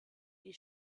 die